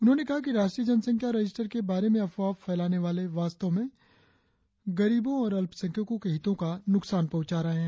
उन्होंने कहा कि राष्ट्रीय जनसंख्या रजिस्टार के बारे में अफवाह फैलाने वाले वास्तव में गरीबों और अल्पसंख्यकों के हितों को नुकसान पहुंचा रहे हैं